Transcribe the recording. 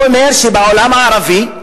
הוא אומר שבעולם הערבי,